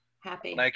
Happy